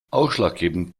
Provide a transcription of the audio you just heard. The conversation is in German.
ausschlaggebend